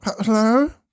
Hello